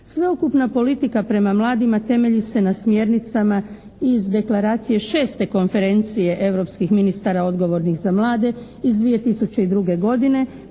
Sveukupna politika prema mladima temelji se na smjernicama iz Deklaracije VI. Konferencije europskih ministara odgovornih za mlade iz 2002. godine